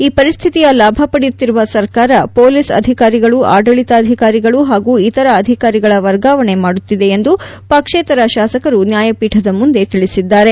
ಈ ಪರಿಸ್ಥಿತಿಯ ಲಾಭ ಪಡೆಯುತ್ತಿರುವ ಸರ್ಕಾರ ಪೊಲೀಸ್ ಅಧಿಕಾರಿಗಳು ಆದಳಿತಾಧಿಕಾರಿಗಳು ಹಾಗೂ ಇತರ ಅಧಿಕಾರಿಗಳ ವರ್ಗಾವಣೆ ಮಾಡುತ್ತಿದೆ ಎಂದು ಪಕ್ಷೇತರ ಶಾಸಕರು ನ್ಯಾಯಪೀಠದ ಮುಂದೆ ತಿಳಿಸಿದ್ದಾರೆ